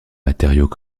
matériaux